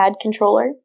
controller